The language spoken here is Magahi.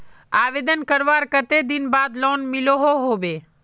आवेदन करवार कते दिन बाद लोन मिलोहो होबे?